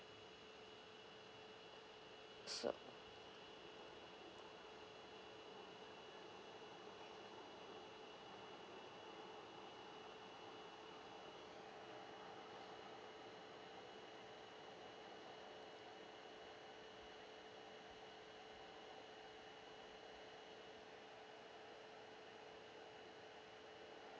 so